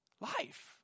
life